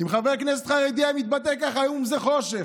אם חבר כנסת חרדי היה מתבטא כך היו אומרים: זה חושך,